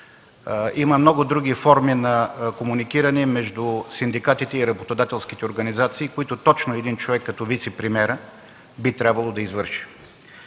има много други форми на комуникиране между синдикатите и работодателските организации, които именно човек като вицепремиерът би трябвало да извърши.